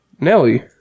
Nelly